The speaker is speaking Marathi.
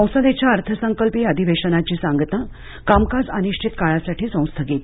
संसदेच्या अर्थसंकल्पीय अधिवेशनाची सांगता कामकाज अनिश्वित काळासाठी संस्थगित